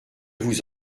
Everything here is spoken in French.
vous